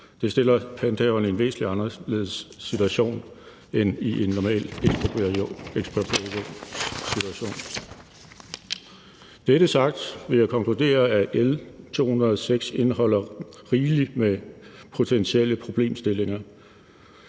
Det stiller panthaverne i en væsentlig anderledes situation end i en normal ekspropriationssituation. Når dette er sagt, vil jeg konkludere, at L 206 indeholder rigeligt med potentielle problemstillinger,